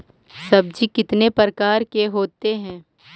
सब्जी कितने प्रकार के होते है?